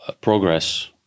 progress